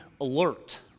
alert